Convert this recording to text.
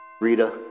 Rita